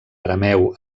arameu